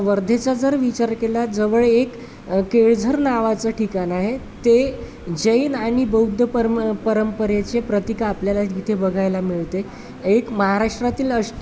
वर्धेचा जर विचार केला जवळ एक केळझर नावाचं ठिकाण आहे ते जैन आणि बौद्ध परम परंपरेचे प्रतिक आपल्याला तिथे बघायला मिळते एक महाराष्ट्रातील अश